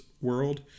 world